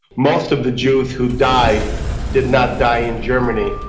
most of the jews who died did not die in germany.